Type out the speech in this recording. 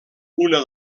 una